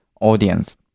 audience